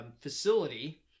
facility